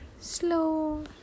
slow